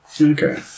Okay